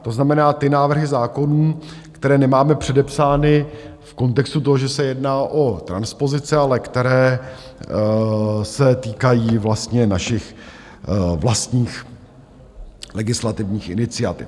To znamená, ty návrhy zákonů, které nemáme předepsány v kontextu toho, že se jedná o transpozice, ale které se týkají vlastně našich vlastních legislativních iniciativ.